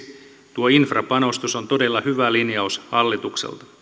tuo infrapanostus on todella hyvä linjaus hallitukselta